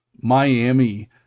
Miami